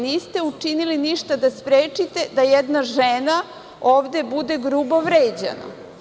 Niste učinili ništa da sprečite da jedna žena ovde bude grubo vređana.